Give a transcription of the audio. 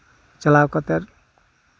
ᱪᱟᱞᱟᱣ ᱠᱟᱛᱮᱫ